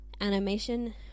animation